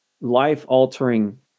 life-altering